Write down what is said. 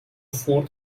fourth